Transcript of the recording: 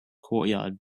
courtyard